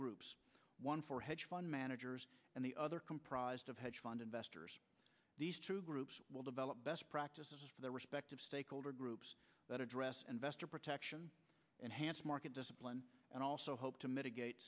groups one for hedge fund managers and the other comprised of hedge fund investors groups will develop best practices for their respective stakeholder groups that address investor protection enhanced market discipline and also help to mitigate